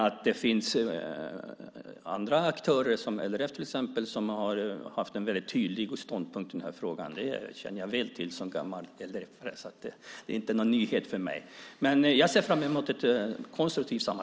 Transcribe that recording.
Att det finns andra aktörer, LRF till exempel, som har haft en mycket tydlig ståndpunkt i den här frågan känner jag väl till som gammal LRF:are. Det är inte någon nyhet för mig. Jag ser fram emot ett konstruktivt samarbete.